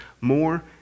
more